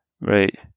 Right